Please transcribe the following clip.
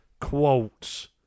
quotes